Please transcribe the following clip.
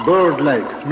Bird-like